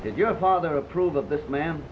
did your father approve of this ma